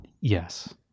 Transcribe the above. yes